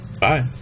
Bye